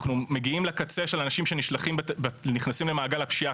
אנחנו מגיעים לקצה של אנשים שנכנסים למעגל הפשיעה,